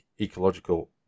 ecological